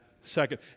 second